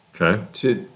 Okay